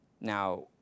Now